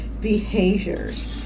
behaviors